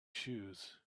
shoes